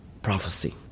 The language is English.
Prophecy